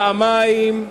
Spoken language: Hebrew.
פעמיים,